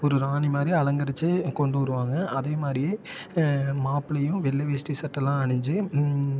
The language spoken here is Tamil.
ஒரு ராணி மாதிரி அலங்கரித்து கொண்டு வருவாங்க அதே மாதிரியே மாப்பிள்ளையும் வெள்ளை வேஷ்டி சட்டையெல்லாம் அணிஞ்சு